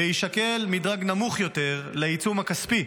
ויישקל מדרג נמוך יותר לעיצום הכספי,